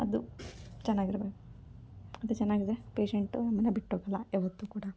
ಅದು ಚೆನ್ನಾಗಿರ್ಬೇಕು ಅದು ಚೆನ್ನಾಗಿದ್ರೆ ಪೇಶೆಂಟು ನಿಮ್ಮನ್ನು ಬಿಟ್ಟೋಗೋಲ್ಲ ಯಾವತ್ತೂ ಕೂಡ